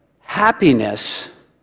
happiness